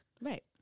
Right